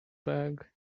bag